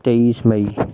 तेईस मई